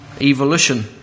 evolution